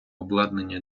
обладнання